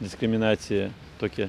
diskriminaciją tokią